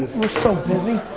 we're so busy.